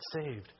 saved